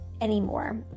anymore